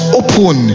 open